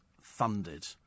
funded